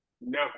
no